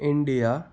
India